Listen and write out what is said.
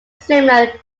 similar